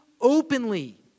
openly